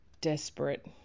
desperate